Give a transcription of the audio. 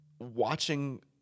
watching